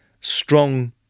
strong